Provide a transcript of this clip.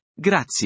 grazie